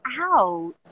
out